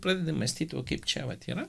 pradedi mąstyti o kaip čia vat yra